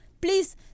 please